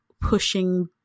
pushing